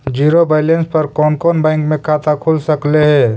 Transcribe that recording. Zero balance पर कोन कोन बैंक में खाता खुल सकले हे?